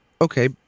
Okay